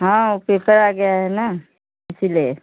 हाँ वो पेपर आ गया है ना इसी लिए